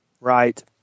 Right